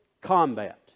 combat